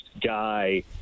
guy